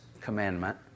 commandment